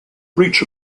breach